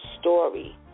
story